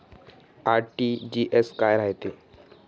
RTGS काय रायते?